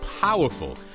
powerful